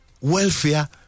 welfare